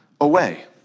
away